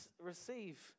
receive